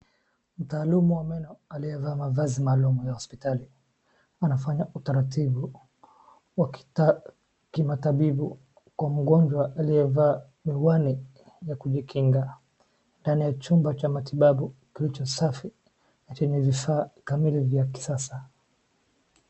Mtaalum wa meno aliyevaa mavazi maalum ya hospitali. Anafanya utaratibu wa kimatabibu kwa mgonjwa aliyevaa miwani ya kujikinga. Ndani ya chumba cha matibabu kilicho safi na chenye vifaa kamili vya kisasa.